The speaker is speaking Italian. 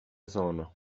sono